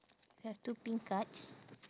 have two pink cards